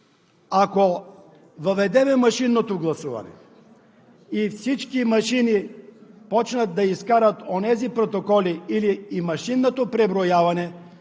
ако въведем машинното гласуване и всички машини започват да изкарват онези протоколи или и машинното преброяване,